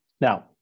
now